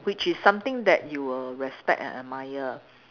which is something that you will respect and admire